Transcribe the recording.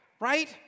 right